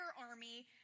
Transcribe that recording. army